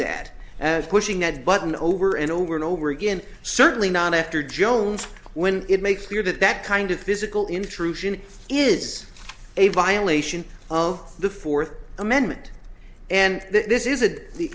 that as pushing that button over and over and over again certainly not after jones when it makes clear that that kind of physical intrusion is a violation of the fourth amendment and this is it the